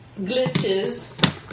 glitches